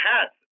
hats